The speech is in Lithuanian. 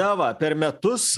na va per metus